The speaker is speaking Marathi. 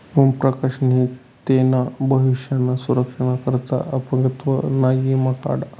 ओम प्रकाश नी तेना भविष्य ना सुरक्षा ना करता अपंगत्व ना ईमा काढा